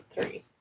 three